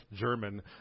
German